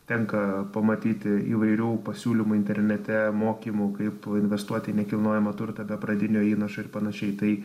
tenka pamatyti įvairių pasiūlymų internete mokymų kaip investuoti į nekilnojamą turtą be pradinio įnašo ir panašiai tai